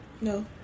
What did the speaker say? No